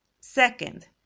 Second